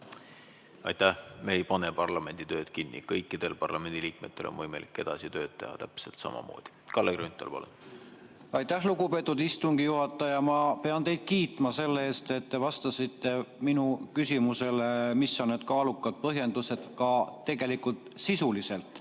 Aitäh! Me ei pane parlamendi tööd kinni, kõikidel parlamendiliikmetel on võimalik edasi tööd teha täpselt samamoodi. Kalle Grünthal, palun! Aitäh, lugupeetud istungi juhataja! Ma pean teid kiitma selle eest, et te vastasite minu küsimusele, mis on need kaalukad põhjused, ka sisuliselt.